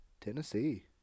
Tennessee